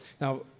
Now